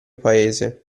paese